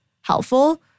helpful